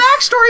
backstory